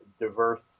diverse